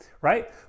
right